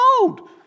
old